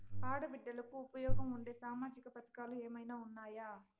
ఆడ బిడ్డలకు ఉపయోగం ఉండే సామాజిక పథకాలు ఏమైనా ఉన్నాయా?